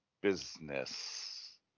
business